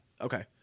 Okay